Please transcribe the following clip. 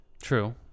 true